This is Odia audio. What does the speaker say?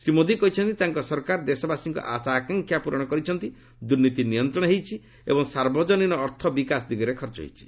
ଶ୍ରୀ ମୋଦି କହିଛନ୍ତି ତାଙ୍କ ସରକାର ଦେଶବାସୀଙ୍କ ଆଶା ଆକାଂକ୍ଷା ପୂରଣ କରିଛନ୍ତି ଦୁର୍ନୀତି ନିୟନ୍ତିତ ହୋଇଛି ଏବଂ ସାର୍ବଜନୀନ ଅର୍ଥ ବିକାଶ ଦିଗରେ ଖର୍ଚ୍ଚ ହୋଇଛି